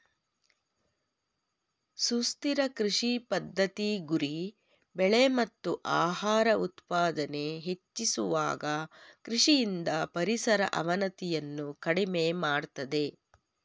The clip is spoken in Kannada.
ಸುಸ್ಥಿರ ಕೃಷಿ ಪದ್ಧತಿ ಗುರಿ ಬೆಳೆ ಮತ್ತು ಆಹಾರ ಉತ್ಪಾದನೆ ಹೆಚ್ಚಿಸುವಾಗ ಕೃಷಿಯಿಂದ ಪರಿಸರ ಅವನತಿಯನ್ನು ಕಡಿಮೆ ಮಾಡ್ತದೆ